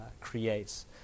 creates